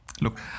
Look